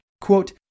quote